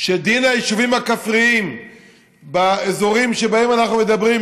שדין היישובים הכפריים באזורים שבהם אנחנו מדברים,